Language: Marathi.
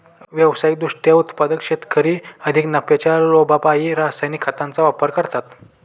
व्यावसायिक दृष्ट्या उत्पादक शेतकरी अधिक नफ्याच्या लोभापायी रासायनिक खतांचा वापर करतात